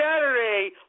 Saturday